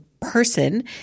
person